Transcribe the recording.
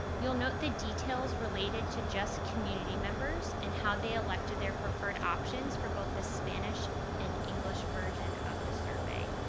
you'll note the details related to just community members and how they elected their preferred options for both the spanish and english version of the survey.